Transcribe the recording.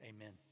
Amen